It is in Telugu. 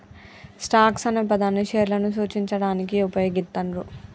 స్టాక్స్ అనే పదాన్ని షేర్లను సూచించడానికి వుపయోగిత్తండ్రు